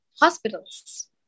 hospitals